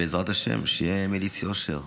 בעזרת השם, שיהיה מליץ יושר.